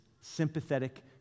sympathetic